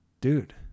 Dude